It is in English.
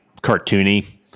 cartoony